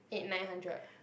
eight nine hundred